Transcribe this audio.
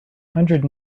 hundred